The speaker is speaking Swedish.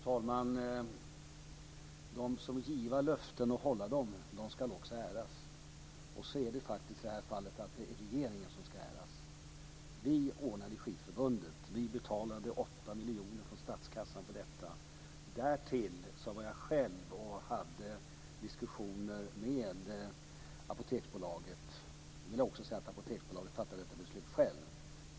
Herr talman! De som giva löften och hålla dem, de ska också äras. Så är det faktiskt i det här fallet. Det är regeringen som ska äras. Vi ordnade detta med Skidförbundet och betalade 8 miljoner kronor från statskassan till detta. Därtill hade jag själv diskussioner med Apoteksbolaget, men Apoteksbolaget fattade beslutet självt.